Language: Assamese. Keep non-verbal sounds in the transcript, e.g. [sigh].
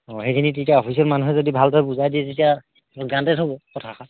অঁ সেইখিনি তেতিয়া অফিচৰ মানুহে যদি ভালদৰে বুজাই দিয়ে তেতিয়া [unintelligible] হ'ব কথাষাৰ